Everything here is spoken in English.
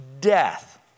death